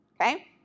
Okay